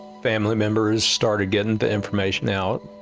family members started getting the information out,